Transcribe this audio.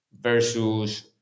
versus